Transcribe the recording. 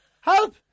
Help